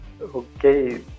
Okay